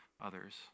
others